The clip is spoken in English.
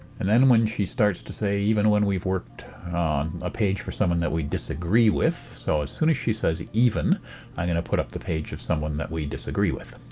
and then when she starts to say even when we've worked on a page for someone that we disagree with, so as soon as she says even i'm going to put up the page of someone that we disagree with.